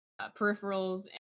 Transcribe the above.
peripherals